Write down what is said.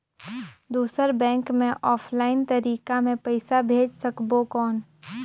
दुसर बैंक मे ऑफलाइन तरीका से पइसा भेज सकबो कौन?